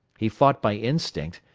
he fought by instinct,